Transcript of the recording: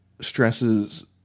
stresses